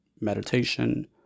meditation